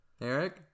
Eric